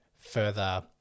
further